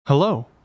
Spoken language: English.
Hello